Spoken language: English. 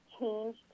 change